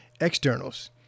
externals